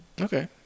Okay